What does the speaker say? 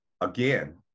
Again